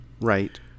Right